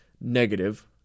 negative